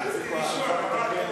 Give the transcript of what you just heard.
לחצתי ראשון.